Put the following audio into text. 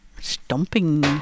stomping